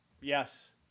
Yes